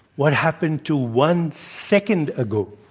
what happened to one second ago?